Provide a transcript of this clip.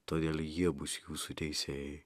todėl jie bus jūsų teisėjai